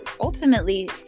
ultimately